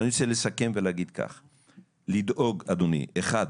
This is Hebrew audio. אני רוצה לסכם ולהגיד כך, לדאוג אדוני אחד,